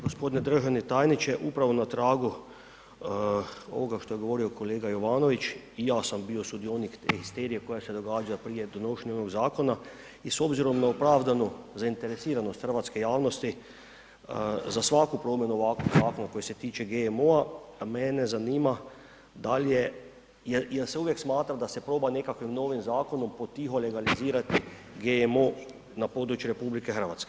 G. državni tajniče, upravo na tragu ovoga što je govorio kolega Jovanović, i ja sam bio sudionik te histerije koja se događa od prije donošenja ovog zakona i s obzirom na opravdanu zainteresiranost hrvatske javnosti za svaku promjenu ovakvog zakona koji se tiče GMO-a, mene zanima, da li je, je li se uvijek smatra da se proba nekakvim novim zakonom potiho legalizirati GMO na području RH.